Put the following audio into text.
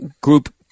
group